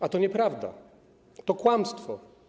A to nieprawda, to kłamstwo.